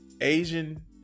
Asian